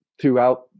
throughout